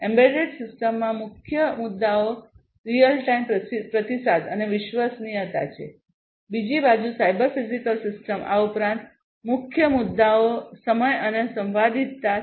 embedded સિસ્ટમમાં મુખ્ય મુદ્દાઓ રીઅલ ટાઇમ પ્રતિસાદ અને વિશ્વસનીયતા છે બીજી બાજુ સાયબર ફિઝિકલ સિસ્ટમમાં આ ઉપરાંત મુખ્ય મુદ્દાઓ સમય અને સંવાદિતા છે